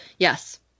Yes